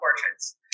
portraits